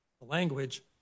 language